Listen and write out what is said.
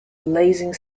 blazing